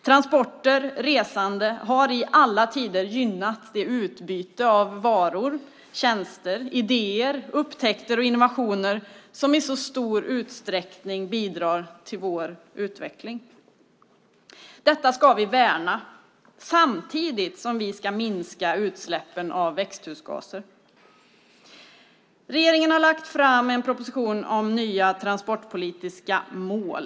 Transporter, resande, har i alla tider gynnat det utbyte av varor och tjänster, idéer, upptäckter och innovationer som i så stor utsträckning bidrar till vår utveckling. Detta ska vi värna samtidigt som vi ska minska utsläppen av växthusgaser. Regeringen har lagt fram en proposition om nya transportpolitiska mål.